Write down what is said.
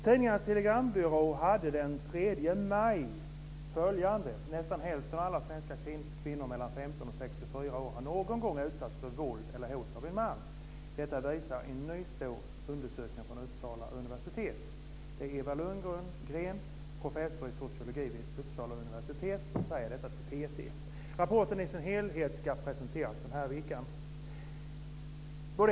Tidningarnas Telegrambyrå skrev den 3 maj följande: "Nästan hälften av alla svenska kvinnor mellan 15 och 64 år har någon gång utsatts för våld eller hot av en man. Detta visar en ny stor undersökning från Det är Eva Lundgren, professor i sociologi vid Uppsala universitet, som säger detta till TT. Rapporten i sin helhet ska presenteras den här veckan.